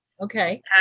Okay